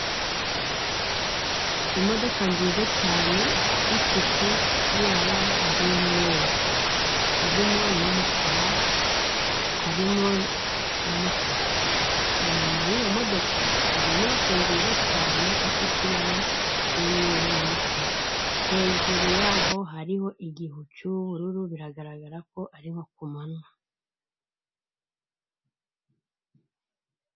Imodoka nziza cyane ifite ibara ry'umweru harimo n'umukara harimo n'umutuku inyuma y'iyo modoka hari inyubako nziza cyane ifite ibara ry'umweru n'umukara, hejuru yaho hariho igihu cyu'ubururu biragaragara ko ari nko ku manywa.